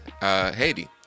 Haiti